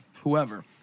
whoever